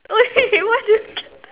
!oi! why did you keep